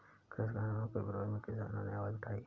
कृषि कानूनों के विरोध में किसानों ने आवाज उठाई